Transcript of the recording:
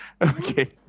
Okay